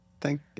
Thank